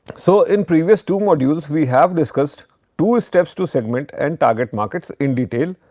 so, in previous two modules we have discussed two steps to segment and target markets in detail,